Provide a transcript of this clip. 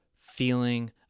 feeling